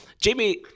Jamie